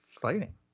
fighting